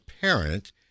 parent